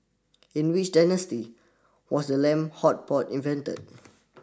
in which dynasty was the lamb hot pot invented